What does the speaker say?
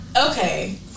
okay